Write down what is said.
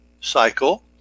Cycle